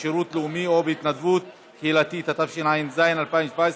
בשירות לאומי או בהתנדבות קהילתית), התשע"ז 2017,